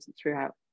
throughout